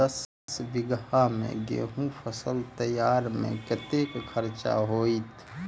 दस बीघा मे गेंहूँ केँ फसल तैयार मे कतेक खर्चा हेतइ?